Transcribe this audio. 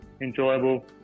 enjoyable